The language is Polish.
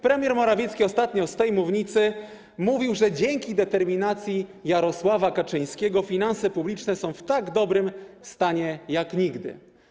Premier Morawiecki ostatnio z tej mównicy stwierdził, że dzięki determinacji Jarosława Kaczyńskiego finanse publiczne są w tak dobrym stanie jak nigdy.